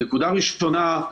הראשונה,